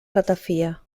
ratafia